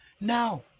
No